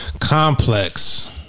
Complex